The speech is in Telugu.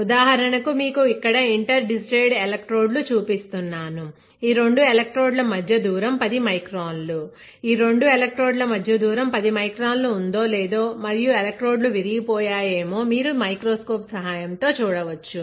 ఉదాహరణకు మీకు ఇక్కడ ఇంటర్ డిజిటేటడ్ ఎలెక్ట్రోడ్స్ చూపిస్తున్నాను ఈ రెండు ఎలక్ట్రోడ్ల మధ్య దూరం 10 మైక్రాన్లు ఈ రెండు ఎలక్ట్రోడ్ ల మధ్య దూరం 10 మైక్రాన్లు ఉందో లేదో మరియు ఎలక్ట్రోడ్లు విరిగిపోయాయేమో మీరు మైక్రోస్కోప్ సహాయంతో చూడవచ్చు